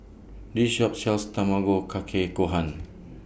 This Shop sells Tamago Kake Gohan